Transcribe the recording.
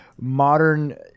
modern